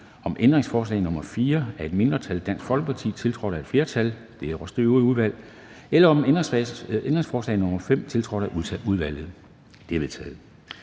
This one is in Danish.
om ændringsforslag nr. 4 af et mindretal (DF), tiltrådt af et flertal (det øvrige udvalg), eller om ændringsforslag nr. 5, tiltrådt af udvalget? De er vedtaget.